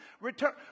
return